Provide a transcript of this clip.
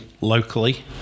locally